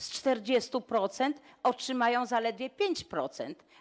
Z 40% otrzymają zaledwie 5%.